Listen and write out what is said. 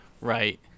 right